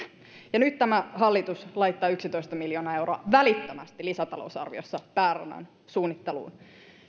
nyt tämä hallitus laittaa yksitoista miljoonaa euroa välittömästi lisätalousarviossa pääradan suunnitteluun